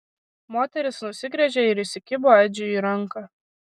moteris nusigręžė ir įsikibo edžiui į ranką